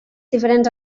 diferents